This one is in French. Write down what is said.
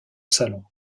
salon